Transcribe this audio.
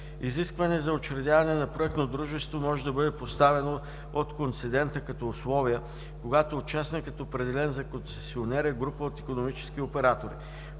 Изискване за учредяване на проектно дружество може да бъде поставено от концедента като условие, когато участникът, определен за концесионер, е група от икономически оператори.